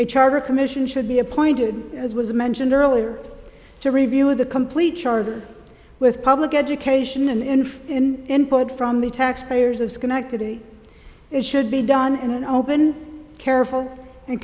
a charter commission should be appointed as was mentioned earlier to review the complete charter with public education and info in input from the taxpayers of schenectady it should be done in an open careful and